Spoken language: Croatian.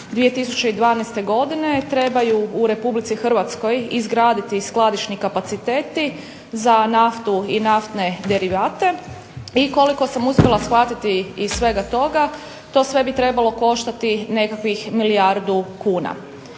2012. godine trebaju u Republici Hrvatskoj izgraditi skladišni kapaciteti za naftu i naftne derivate, i koliko sam uspjela shvatiti iz svega toga to sve bi trebalo koštati nekakvih milijardu kuna.